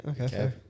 okay